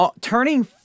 Turning